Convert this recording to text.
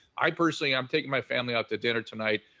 i personally am taking my family out to dinner tonight.